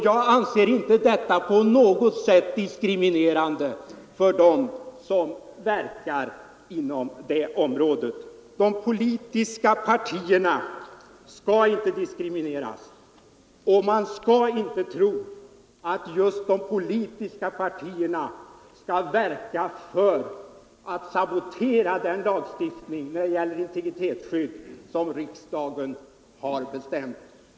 Jag an ser inte det på något sätt diskriminerande för dem som verkar inom det området. De politiska partierna skall inte diskrimineras, och man skall inte tro att just de politiska partierna kommer att sabotera den lag om integritetsskydd som riksdagen har stiftat.